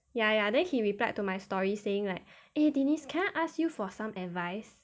ya ya then he replied to my story saying like eh denise can I ask you for some advice